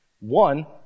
One